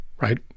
right